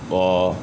我